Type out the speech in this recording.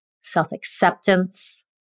self-acceptance